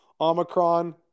Omicron